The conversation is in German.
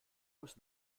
muss